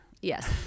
Yes